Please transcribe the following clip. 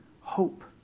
hope